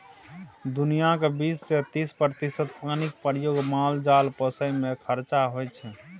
दुनियाँक बीस सँ तीस प्रतिशत पानिक प्रयोग माल जाल पोसय मे खरचा होइ छै